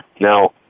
Now